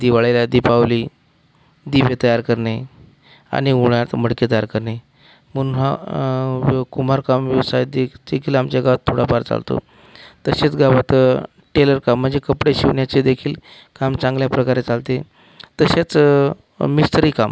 दिवाळीला दीपावली दिवे तयार करणे आणि उन्हाळ्यात मडके तयार करणे पुन्हा कुंभार काम व्यवसाय दे देखील आमच्या गावात थोडाफार चालतो तसेच गावात टेलर काम म्हणजे कपडे शिवण्याचे देखील काम चांगल्या प्रकारे चालते तसेच मिस्त्री काम